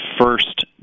first